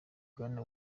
bwana